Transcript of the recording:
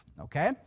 Okay